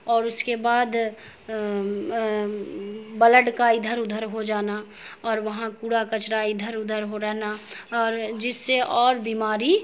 اور اس کے بعد بلڈ کا ادھر ادھر ہو جانا اور وہاں کوڑا کچرا ادھر ادھر ہو رہنا اور جس سے اور بیماری